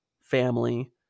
family